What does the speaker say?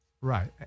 Right